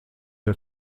der